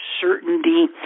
certainty